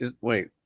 wait